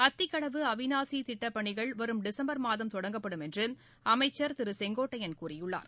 அத்திக்கடவு அவினாசித் திட்டப்பணிகள் வரும் டிசம்பர் மாதம் தொடங்கப்படும் என்று அமைச்சர் திரு செங்கோட்டையன் கூறியுள்ளார்